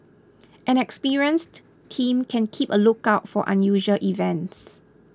an experienced team can keep a lookout for unusual events